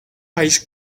ice